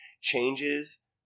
changes